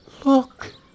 Look